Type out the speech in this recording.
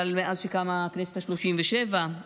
אבל מאז קמה הכנסת השלושים-ושבע יש